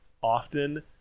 often